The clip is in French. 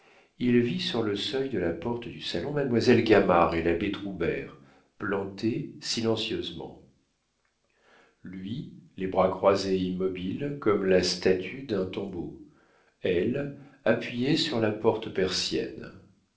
il vit sur le seuil de la porte du salon mademoiselle gamard et l'abbé troubert plantés silencieusement lui les bras croisés et immobile comme la statue d'un tombeau elle appuyée sur la porte persienne